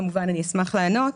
כמובן אשמח לענות,